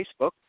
Facebook